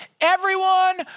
Everyone